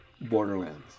Borderlands